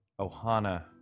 ohana